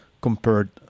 compared